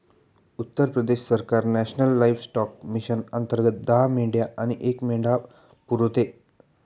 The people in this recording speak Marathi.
उत्तर प्रदेश सरकार नॅशनल लाइफस्टॉक मिशन अंतर्गत दहा मेंढ्या आणि एक मेंढा पुरवते